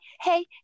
Hey